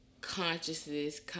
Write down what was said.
consciousness